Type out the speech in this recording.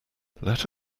let